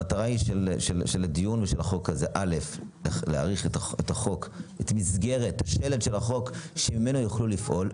המטרה של החוק היא להאריך את השלד של החוק כדי שיוכלו לפעול.